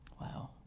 Wow